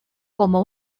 como